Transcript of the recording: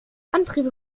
antriebe